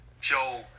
Joe